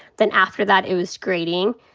then after that it was grading.